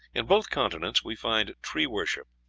in both continents we find tree-worship.